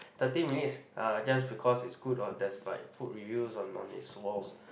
thirty minutes uh just because it's good or there's like food reviews on on its walls